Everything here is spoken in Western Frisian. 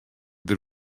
der